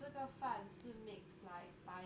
这个反思 makes life